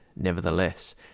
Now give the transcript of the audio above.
Nevertheless